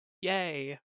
Yay